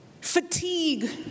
Fatigue